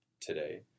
today